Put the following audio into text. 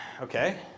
okay